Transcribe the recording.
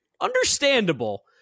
understandable